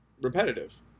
repetitive